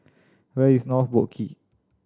where is North Boat Quay